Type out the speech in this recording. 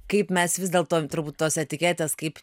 kaip mes vis dėl to turbūt tos etiketės kaip